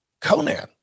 Conan